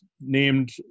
named